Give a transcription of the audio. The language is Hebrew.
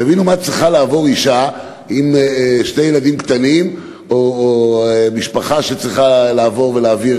תבינו מה צריכה לעבור אישה עם שני ילדים קטנים או משפחה שצריכה לסדר